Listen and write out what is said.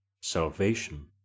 Salvation